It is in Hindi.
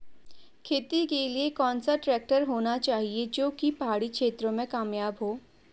खेती के लिए कौन सा ट्रैक्टर होना चाहिए जो की पहाड़ी क्षेत्रों में कामयाब हो?